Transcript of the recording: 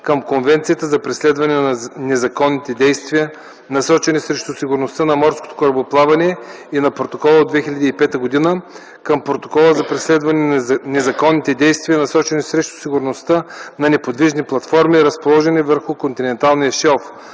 към Конвенцията за преследване на незаконните действия, насочени срещу сигурността на морското корабоплаване и на Протокола от 2005 г. към Протокола за преследване на незаконните действия, насочени срещу сигурността на неподвижни платформи, разположени върху континенталния шелф,